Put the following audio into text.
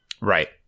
Right